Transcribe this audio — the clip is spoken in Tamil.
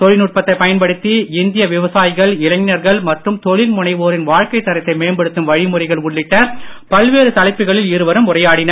தொழில்நுட்பத்தை பயன்படுத்தி இந்திய விவசாயிகள் இளைஞர்கள் மற்றும் தொழில் முனைவோரின் வாழ்க்கைத் தரத்தை மேம்படுத்தும் வழிமுறைகள் உள்ளிட்ட பல்வேறு தலைப்புகளில் இருவரும் உரையாடினர்